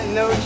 no